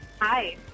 Hi